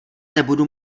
nebudu